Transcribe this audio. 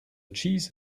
cheese